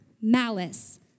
malice